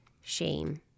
shame